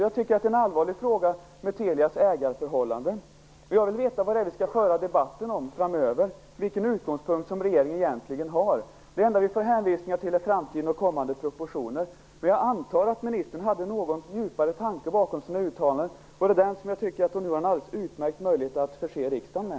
Jag tycker att frågan om Telias ägarförhållanden är allvarlig. Jag vill veta vad det är vi skall föra debatt om framöver. Vilken utgångspunkt har regeringen egentligen? Det enda vi får hänvisning till är framtiden och kommande propositioner. Jag antar att ministern hade någon djupare tanke bakom sina uttalanden. Det är den som jag tycker att hon nu har en alldeles utmärkt möjlighet att förse riksdagen med.